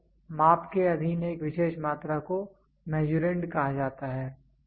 तो माप के अधीन एक विशेष मात्रा को मीसुरंड कहा जाता है